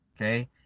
Okay